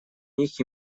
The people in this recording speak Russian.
них